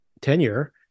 tenure